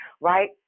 right